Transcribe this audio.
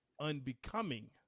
unbecoming